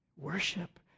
Worship